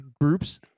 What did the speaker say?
groups